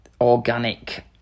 organic